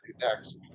next